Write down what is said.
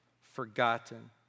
forgotten